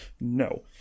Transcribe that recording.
no